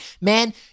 man